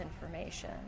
information